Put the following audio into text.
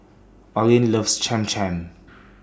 Oline loves Cham Cham